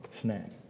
snack